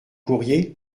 courrier